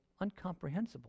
uncomprehensible